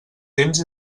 temps